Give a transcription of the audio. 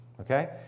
Okay